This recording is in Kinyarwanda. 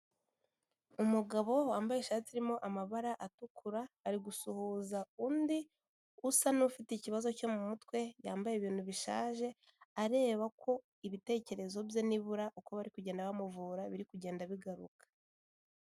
Umugabo wambaye ishati irimo amabara atukura, ari gusuhuza undi usa n'ufite ikibazo cyo mu mutwe yambaye ibintu bishaje, areba ko ibitekerezo bye nibura uko bari kugenda bamuvura biri kugenda bigaruka.